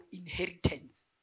inheritance